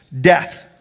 Death